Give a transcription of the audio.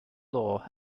law